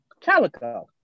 calico